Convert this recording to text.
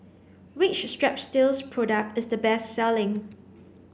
which Strepsils product is the best selling